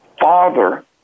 father